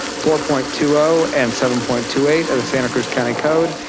four point two zero and seven point two eight of the santa cruz county code.